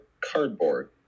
cardboard